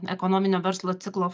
ekonominio verslo ciklo